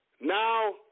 now